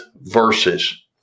verses